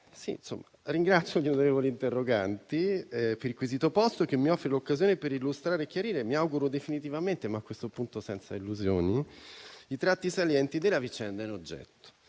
cultura*. Ringrazio gli onorevoli interroganti per il quesito posto, che mi offre l'occasione per illustrare e chiarire, mi auguro definitivamente ma a questo punto senza illusioni, i tratti salienti della vicenda in oggetto.